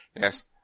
Yes